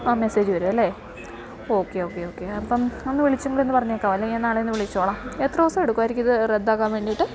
ആ മെസേജ് വരും അല്ലേ ഓക്കെ ഓക്കെ ഓക്കെ അപ്പം ഒന്ന് വിളിച്ചും കൂടെ ഒന്ന് പറഞ്ഞേക്കാമോ അല്ലെങ്കിൽ ഞാൻ നാളെ ഒന്ന് വിളിച്ചോളാം എത്ര ദിവസം എടുക്കുമായിരിക്കും ഇത് റദ്ധാക്കാൻ വേണ്ടിയിട്ട്